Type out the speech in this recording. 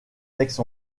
texte